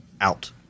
out